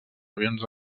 avions